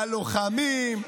ללוחמים,